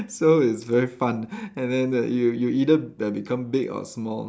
so it's very fun and then the you you either b~ become big or small